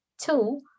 two